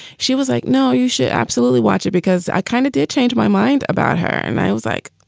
she was like, no, you should absolutely watch it, because i kind of did change my mind about her. and i was like,